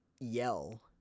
yell